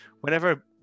whenever